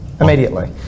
Immediately